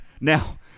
Now